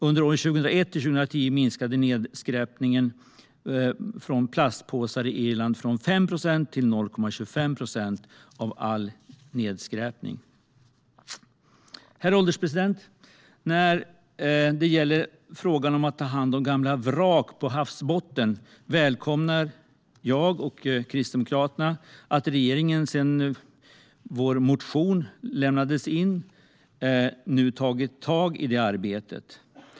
Under åren 2001 till 2010 minskade nedskräpningen av plastpåsar i Irland från 5 procent till 0,25 procent av all nedskräpning. Herr ålderspresident! När det gäller frågan om att ta hand om gamla vrak på havsbottnen välkomnar jag och Kristdemokraterna att regeringen sedan vår motion väcktes nu har tagit tag i detta arbete.